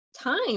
time